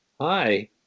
Hi